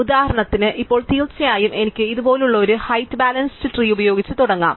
ഉദാഹരണത്തിന് ഇപ്പോൾ തീർച്ചയായും എനിക്ക് ഇതുപോലുള്ള ഒരു ഹൈറ്റ് ബാലൻസ് ട്രീ ഉപയോഗിച്ച് തുടങ്ങാം